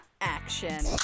action